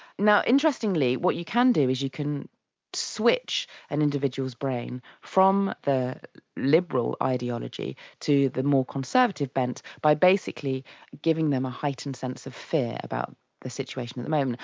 now, interestingly what you can do is you can switch an individual's brain from their liberal ideology to the more conservative bent by basically giving them a heightened sense of fear about the situation at the moment.